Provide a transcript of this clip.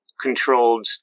controlled